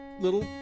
little